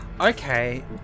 Okay